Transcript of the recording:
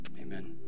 amen